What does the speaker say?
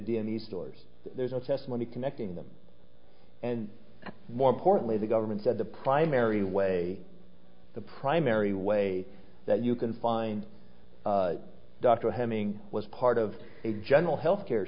v stores there's no testimony connecting them and more importantly the government said the primary way the primary way that you can find a doctor having was part of a general health care